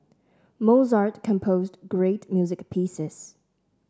Mozart composed great music pieces